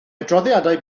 adroddiadau